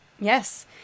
Yes